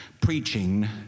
preaching